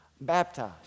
baptized